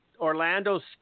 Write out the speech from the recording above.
Orlando's